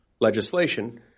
legislation